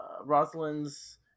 Rosalind's